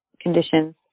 conditions